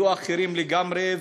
יהיו אחרים לגמרי,